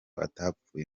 atapfuye